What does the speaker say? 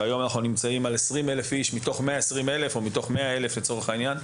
שהיום אנחנו נמצאים על 20 אלף איש מתוך 100 אלף איש לצורך העניין.